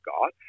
God